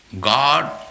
God